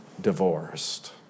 divorced